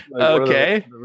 Okay